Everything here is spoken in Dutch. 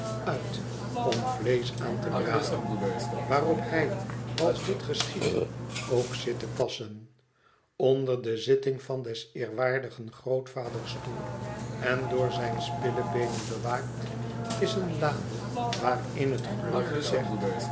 uit om vleesch aan te braden waarop hij als dit geschiedt ook zit te passen onder de zitting van des eerwaardigen grootvaders stoel en door zijne spillebeenen bewaakt is eene lade waarin het gerucht zegt